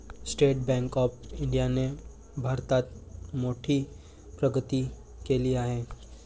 state bank of इंडियाने भारतात मोठी प्रगती केली आहे